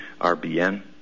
RBN